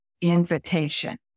invitation